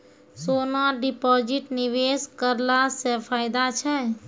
सोना deposit निवेश करला से फैदा छै?